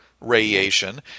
radiation